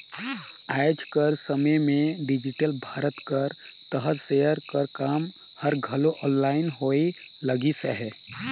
आएज कर समे में डिजिटल भारत कर तहत सेयर कर काम हर घलो आनलाईन होए लगिस अहे